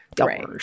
Right